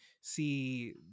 see